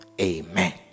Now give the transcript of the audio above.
Amen